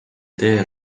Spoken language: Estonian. idee